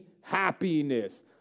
happiness